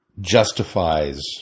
justifies